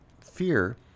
fear